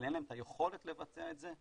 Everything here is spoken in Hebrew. אבל אין להם את היכולת לבצע את זה,